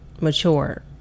mature